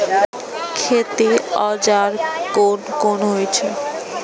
खेती औजार कोन कोन होई छै?